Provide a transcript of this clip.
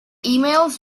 emails